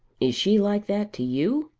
is she like that to you?